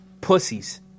pussies